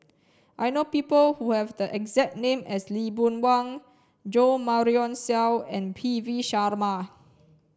I know people who have the exact name as Lee Boon Wang Jo Marion Seow and P V Sharma